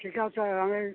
ঠিক আছে আমি